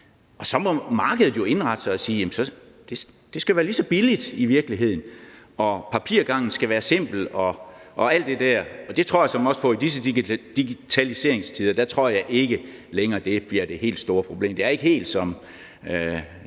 Og så må markedet jo indrette sig og sige, at det skal være lige så billigt, at papirgangen skal være simpel og alt det der. I disse digitaliseringstider tror jeg ikke længere, det bliver det helt store problem. Det er ikke længere